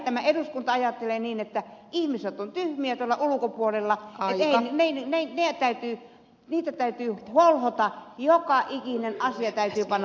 tämä eduskunta ajattelee niin että ihmiset ovat tyhmiä tuolla ulkopuolella että heitä täytyy holhota joka ikinen asia on